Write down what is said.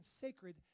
sacred